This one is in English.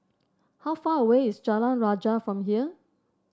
how far away is Jalan Rajah from here